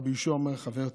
רבי יהושע אומר, חבר טוב.